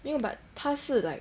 没有 but 她是 like